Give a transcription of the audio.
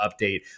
update